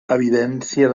evidència